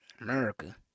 America